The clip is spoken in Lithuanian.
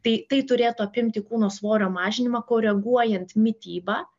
tai turėtų apimti kūno svorio mažinimą koreguojant mitybą